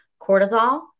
cortisol